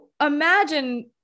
imagine